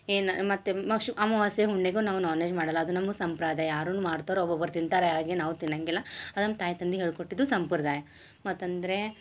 ಏನ ಮತ್ತು ಮಶು ಅಮವಾಸೆ ಹುಣ್ಮೆಗೂ ನಾವು ನಾನ್ ವೆಜ್ ಮಾಡಲ್ಲ ಅದು ನಮ್ಮ ಸಂಪ್ರಾದಯ ಯಾರುನು ಮಾಡ್ತಾರೋ ಒಬ್ಬೊಬ್ರ ತಿಂತಾರೆ ಹಾಗೆ ನಾವು ತಿನ್ನಂಗಿಲ್ಲ ಅದನ್ನ ತಾಯಿ ತಂದೆ ಹೇಳ್ಕೊಟ್ಟಿದ್ದು ಸಂಪ್ರದಾಯ ಮತ್ತಂದರೆ